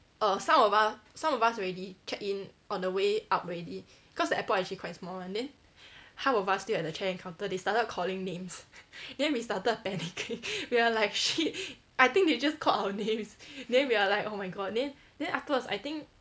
err some of us some of us already check in on the way up already cause the airport actually quite small [one] then half of us still at the check-in counter they started calling names then we started panicking we were like shit I think they just called our names then we were like oh my god then then afterwards I think